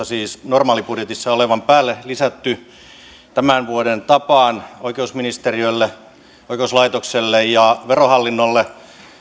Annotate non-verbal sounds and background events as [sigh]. [unintelligible] siis erillisrahoitusta normaalibudjetissa olevan päälle lisätty tämän vuoden tapaan oikeusministeriölle oikeuslaitokselle ja verohallinnolle